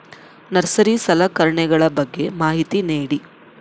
Nursery ಸಲಕರಣೆಗಳ ಬಗ್ಗೆ ಮಾಹಿತಿ ನೇಡಿ?